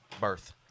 birth